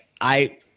I-